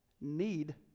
need